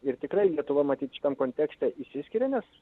ir tikrai lietuva matyt šitam kontekste išsiskiria nes